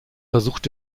versucht